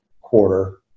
quarter